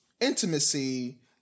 intimacy